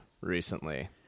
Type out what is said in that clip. recently